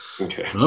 Okay